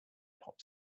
pop